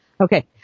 Okay